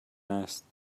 است